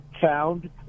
found